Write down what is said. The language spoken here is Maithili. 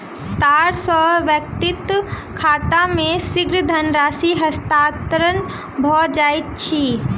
तार सॅ व्यक्तिक खाता मे शीघ्र धनराशि हस्तांतरण भ जाइत अछि